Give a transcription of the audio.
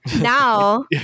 Now